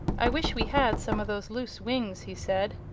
i wish we had some of those loose wings, he said.